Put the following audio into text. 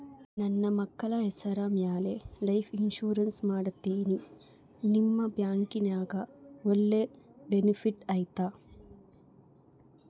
ನನ್ನ ಮಕ್ಕಳ ಹೆಸರ ಮ್ಯಾಲೆ ಲೈಫ್ ಇನ್ಸೂರೆನ್ಸ್ ಮಾಡತೇನಿ ನಿಮ್ಮ ಬ್ಯಾಂಕಿನ್ಯಾಗ ಒಳ್ಳೆ ಬೆನಿಫಿಟ್ ಐತಾ?